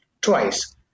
twice